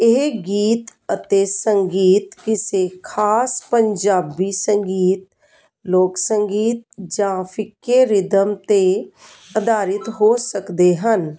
ਇਹ ਗੀਤ ਅਤੇ ਸੰਗੀਤ ਕਿਸੇ ਖਾਸ ਪੰਜਾਬੀ ਸੰਗੀਤ ਲੋਕ ਸੰਗੀਤ ਜਾਂ ਫਿੱਕੇ ਰਿਦਮ 'ਤੇ ਅਧਾਰਿਤ ਹੋ ਸਕਦੇ ਹਨ